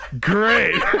great